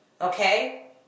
Okay